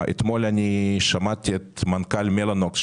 אתמול שמעתי את מנכ"ל מלאנוקס,